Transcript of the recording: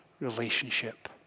relationship